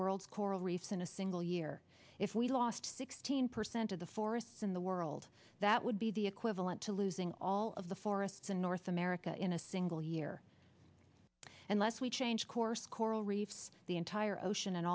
world's coral reefs in a single year if we lost sixteen percent of the forests in the world that would be the equivalent to losing all of the forests in north america in a single year unless we change course coral reefs the entire ocean and